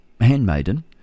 handmaiden